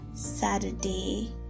Saturday